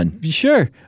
Sure